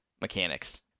mechanics